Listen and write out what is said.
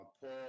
Paul